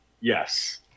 Yes